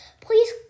please